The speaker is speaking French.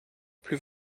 plus